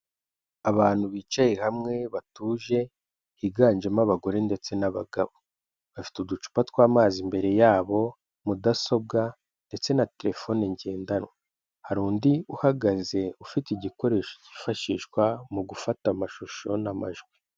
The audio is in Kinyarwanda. Abantu bicaye hamwe batuje, higanjemo abagore ndetse n'abagabo, bafite uducupa tw'amazi imbere yabo, mudasobwa ndetse na terefone ngendanwa, hari undi uhagaze ufite igikoresho cyifashishwa mu gufata amashusho n'amajwi.